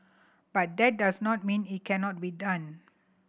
but that does not mean it cannot be done